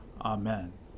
Amen